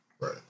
Right